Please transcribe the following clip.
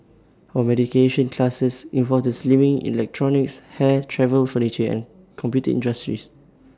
mediation cases involved the slimming electronics hair travel furniture and computer industries